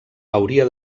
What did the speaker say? hauria